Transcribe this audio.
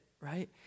right